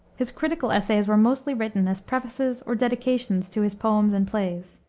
his critical essays were mostly written as prefaces or dedications to his poems and plays.